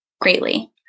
greatly